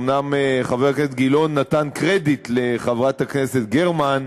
אומנם חבר הכנסת גילאון נתן קרדיט לחברת הכנסת גרמן,